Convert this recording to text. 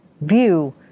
view